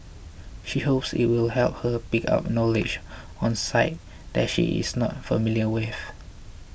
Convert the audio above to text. she hopes it will help her pick up knowledge on sites that she is not familiar with